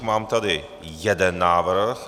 Mám tady jeden návrh.